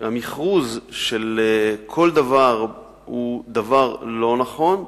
של כל דבר הוא דבר לא נכון,